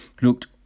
looked